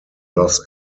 los